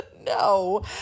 No